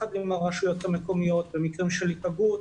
יחד עם הרשויות המקומיות במקרים של היפגעות,